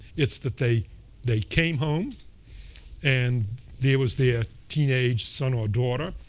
it's that they they came home and there was their teenage son or daughter.